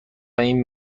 اینجا